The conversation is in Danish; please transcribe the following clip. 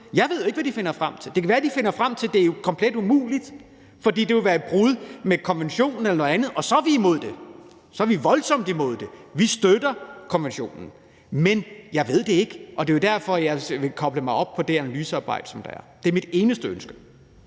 Jeg ved jo ikke, hvad de finder frem til. Det kan være, de finder frem til, at det er komplet umuligt, fordi det vil være et brud med konventionen eller noget andet, og så er vi imod det. Så er vi voldsomt imod det. Vi støtter konventionen. Men jeg ved det ikke, og det er jo derfor, at jeg vil koble mig op på det analysearbejde, der er. Det er mit eneste ønske.